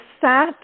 sat